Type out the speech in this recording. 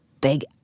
big